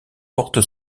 porte